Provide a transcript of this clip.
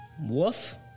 Woof